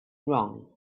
wrong